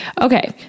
Okay